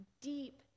deep